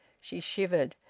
she shivered.